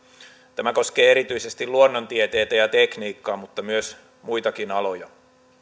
tämä koskee erityisesti luonnontieteitä ja tekniikkaa mutta myös muitakin aloja